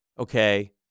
okay